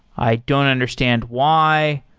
i don't understand why.